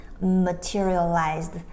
materialized